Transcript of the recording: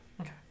Okay